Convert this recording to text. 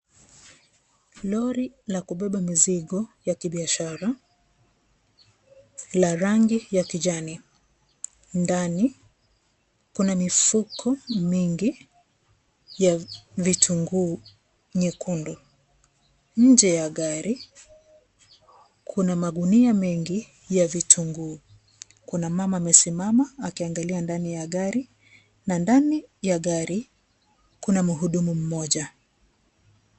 Lori la kubeba mizigo ya kibiashara la rangi ya kijani. Ndani kuna mifuko mingi ya vitungu nyekundu, nje ya gari kuna magunia mengi ya vitunguu. Kuna mama amesimama akiangalia ndani ya gari na ndani ya gari kuna mhudumu mmoja.